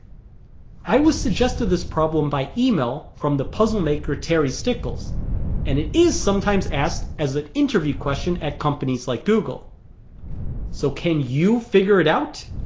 i was suggest to this problem by email from the puzzle maker terry stickels and it is sometimes asked as an interview question at companies like google so can you figure it out?